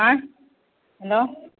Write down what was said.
आँए हेलो